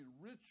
rich